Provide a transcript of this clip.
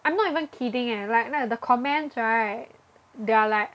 I'm not even kidding eh like the comments right they are like